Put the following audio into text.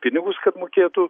pinigus kad mokėtų